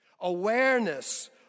Awareness